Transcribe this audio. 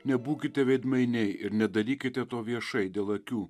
nebūkite veidmainiai ir nedarykite to viešai dėl akių